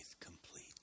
complete